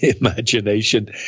imagination